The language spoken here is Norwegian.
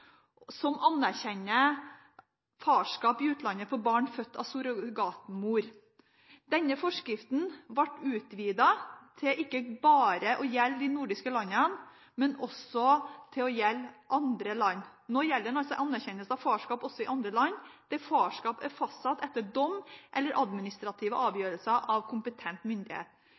farskap fastsatt i utlandet for barn født av surrogatmor i utlandet. Denne forskriften ble utvidet til ikke bare å gjelde de nordiske landene, men også andre land. Nå gjelder den altså anerkjennelse av farskap også i andre land, der farskap er fastsatt etter dom eller administrativ avgjørelse av kompetent myndighet.